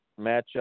matchup